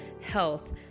health